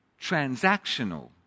transactional